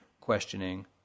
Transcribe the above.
questioning